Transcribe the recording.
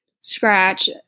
scratch